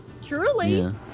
truly